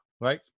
Right